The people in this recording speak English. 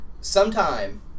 Sometime